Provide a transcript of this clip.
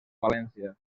valència